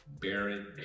Baron